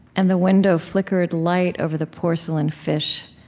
and the window flickered light over the porcelain fish,